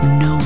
no